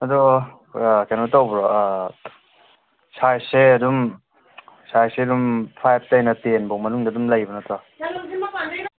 ꯑꯗꯣ ꯀꯩꯅꯣ ꯇꯧꯕ꯭ꯔꯣ ꯁꯥꯏꯖꯁꯦ ꯑꯗꯨꯝ ꯁꯥꯏꯖꯁꯦ ꯑꯗꯨꯝ ꯐꯥꯏꯚ ꯇꯒꯤꯅ ꯇꯦꯟꯕꯣꯛ ꯃꯅꯨꯡꯗ ꯑꯗꯨꯝ ꯂꯩꯕ ꯅꯠꯇ꯭ꯔꯣ